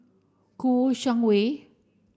Kouo Shang Wei